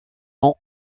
ans